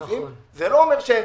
יש.